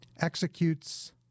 executes